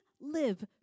live